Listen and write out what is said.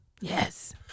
Yes